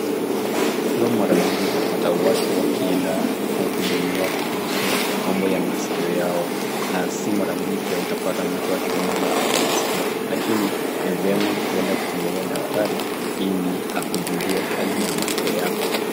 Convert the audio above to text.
Sio mara mingi utapata watu wakienda kuhudumiwa kuhusu mambo ya maskio yao, na si maramingi pia utapata akiumwa na maskio lakini ni vyema kuenda kutembelea dakitari iliakujulie hali ya maskio yako.